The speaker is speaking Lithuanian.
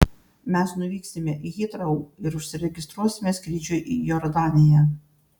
mes nuvyksime į hitrou ir užsiregistruosime skrydžiui į jordaniją